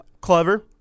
Clever